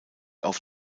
auf